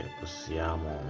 possiamo